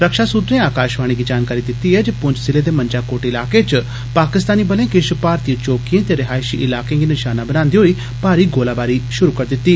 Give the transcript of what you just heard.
रक्षा सूत्रे आकाषवाणी गी जानकारी दित्ती ऐ जे पुंछ जिले दे मंजाकोट इलाके च पाकिस्तानी बलें किष भारतीय चौकिएं ते रिहायषी इलाकें गी नषाना बनांदे होई भारी गोलाबारी षुरू करी दित्ती